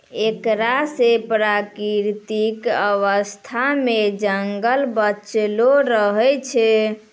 एकरा से प्राकृतिक अवस्था मे जंगल बचलो रहै छै